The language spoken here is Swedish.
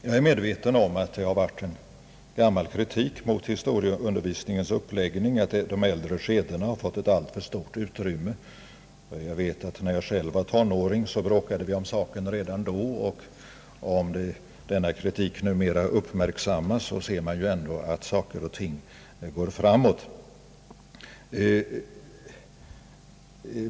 Jag är medveten om att det har funnits en gammal kritik mot historieundervisningens uppläggning för att de äldre skedena fått alltför stort utrymme. När jag själv var tonåring bråkade vi redan om saken. Om denna kritik numera uppmärksammas, ser man ju ändå att det går framåt.